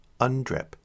UNDRIP